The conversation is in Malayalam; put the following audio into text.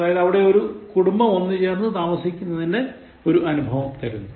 അതായത് ഇവിടെ ഒരു കുടുംബം ഒന്ന് ചേർന്ന് താമസിക്കുന്നതിന്റെ അനുഭവം തരുന്നു